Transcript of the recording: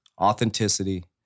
authenticity